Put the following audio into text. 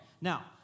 now